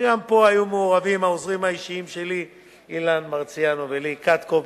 וגם פה היו מעורבים העוזרים האישיים שלי אילן מרסיאנו ולי קטקוב.